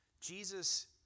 Jesus